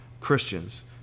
Christians